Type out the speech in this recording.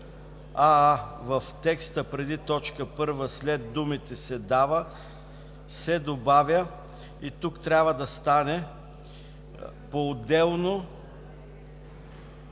в текста преди точка първа след думите „се дава“ се добавя и трябва да стане „по отделно